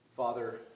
Father